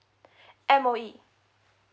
M_O_E